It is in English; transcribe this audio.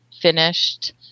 finished